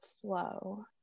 flow